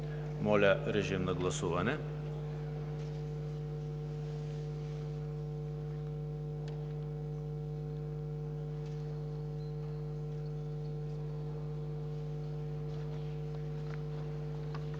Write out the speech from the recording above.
Моля, режим на гласуване